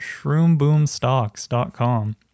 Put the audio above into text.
shroomboomstocks.com